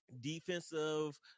defensive